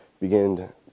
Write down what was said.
begin